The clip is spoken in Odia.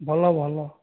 ଭଲ ଭଲ